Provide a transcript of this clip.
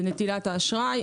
בנטילת אשראי.